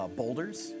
boulders